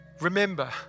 Remember